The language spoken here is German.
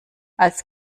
als